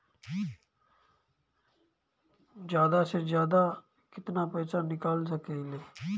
जादा से जादा कितना पैसा निकाल सकईले?